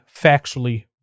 factually